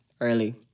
early